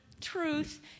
truth